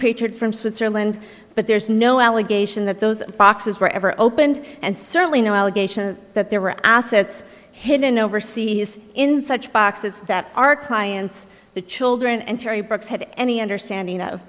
repeated from switzerland but there's no allegation that those boxes were ever opened and certainly no allegation that there were assets hidden overseas in such boxes that our clients the children and terry brooks had any understanding of